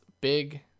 Big